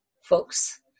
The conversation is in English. folks